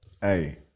Hey